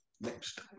Next